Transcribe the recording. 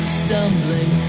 stumbling